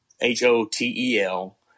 H-O-T-E-L